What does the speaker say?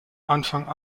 anfang